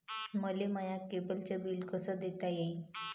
मले माया केबलचं बिल कस देता येईन?